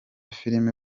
filime